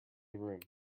room